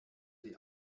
die